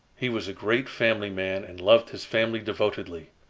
he was a great family man and loved his family devotedly.